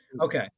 okay